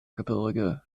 gebirge